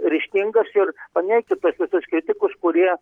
ryžtingas ir o neiti pas visus kritikus kurie